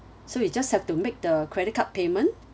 so we just have to make the credit card payment